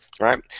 Right